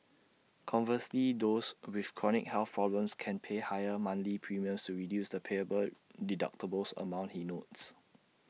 conversely those with chronic health problems can pay higher monthly premiums to reduce the payable deductible amounts he notes